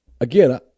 Again